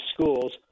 schools